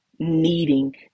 needing